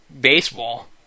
baseball